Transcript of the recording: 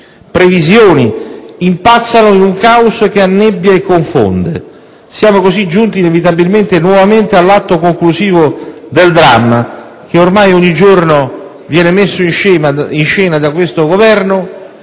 previsioni impazzano in un caos che annebbia e confonde. Siamo così giunti inevitabilmente e nuovamente all'atto conclusivo del dramma che ormai ogni giorno viene messo in scena da questo Governo;